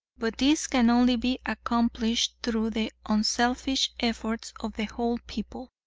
but this can only be accomplished through the unselfish efforts of the whole people.